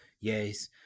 yes